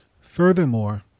Furthermore